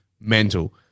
mental